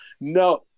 No